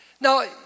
Now